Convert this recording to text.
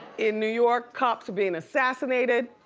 in new york, cops are bein' assassinated.